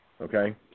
Okay